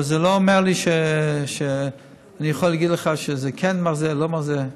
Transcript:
אבל זה לא אומר לי שאני יכול להגיד לך שזה כן מרזה או לא מרזה.